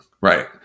Right